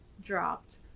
dropped